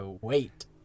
wait